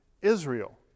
Israel